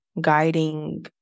guiding